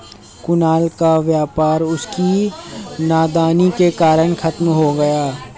कुणाल का व्यापार उसकी नादानी के कारण खत्म हो गया